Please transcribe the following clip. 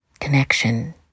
Connection